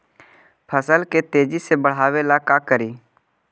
फसल के तेजी से बढ़ाबे ला का करि?